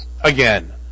again